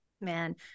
Man